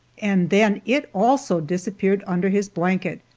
and then it, also, disappeared under his blanket.